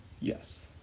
Yes